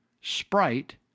Sprite